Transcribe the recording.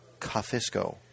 Cafisco